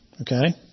Okay